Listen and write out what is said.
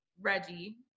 reggie